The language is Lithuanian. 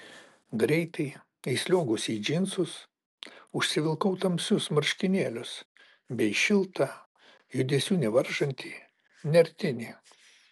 greitai įsliuogusi į džinsus užsivilkau tamsius marškinėlius bei šiltą judesių nevaržantį nertinį